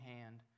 hand